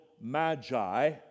magi